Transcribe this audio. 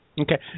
Okay